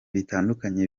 bitandukanye